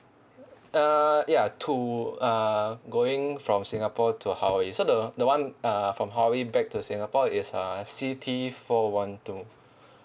uh ya to uh going from singapore to hawaii so the the one uh from hawaii back to singapore is uh C T four one two